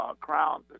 Crown